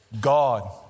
God